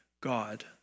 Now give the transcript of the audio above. God